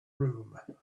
room